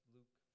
Luke